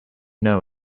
know